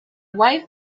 wife